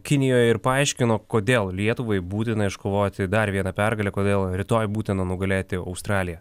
kinijoj ir paaiškino kodėl lietuvai būtina iškovoti dar vieną pergalę kodėl rytoj būtina nugalėti australiją